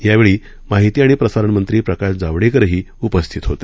यावेळी माहिती आणि प्रसारणमंत्री प्रकाश जावडेकर हे देखील उपस्थित होते